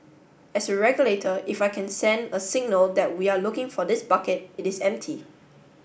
as a regulator if I can send a signal that we are looking for this bucket it is empty